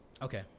Okay